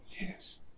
Yes